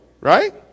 right